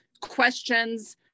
questions